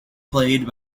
played